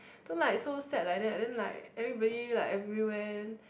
don't like so sad like that then like everybody like everywhere